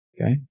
Okay